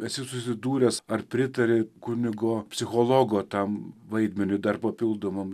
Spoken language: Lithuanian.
esi susidūręs ar pritari kunigo psichologo tam vaidmeniui dar papildomam